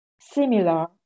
similar